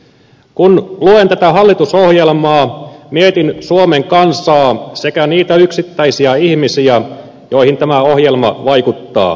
kun luen tätä hallitusohjelmaa mietin suomen kansaa sekä niitä yksittäisiä ihmisiä joihin tämä ohjelma vaikuttaa